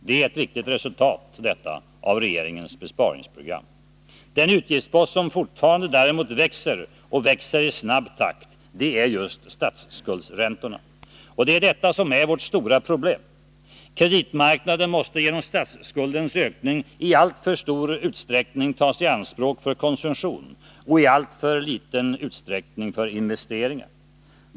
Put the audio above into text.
Detta är ett viktigt resultat av regeringens besparingsprogram. Den utgiftspost som däremot fortfarande växer i snabb takt är statsskuldsräntorna. Och det är detta som är vårt stora problem. Kreditmarknaden måste genom statsskuldens ökning i alltför stor utsträckning tas i anspråk för konsumtion och i alltför liten utsträckning för investeringar.